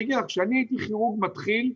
כשאני הייתי כירורג מתחיל,